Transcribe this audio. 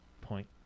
Point